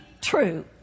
true